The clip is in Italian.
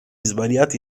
svariati